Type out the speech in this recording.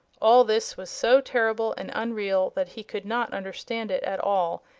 all this was so terrible and unreal that he could not understand it at all,